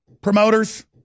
promoters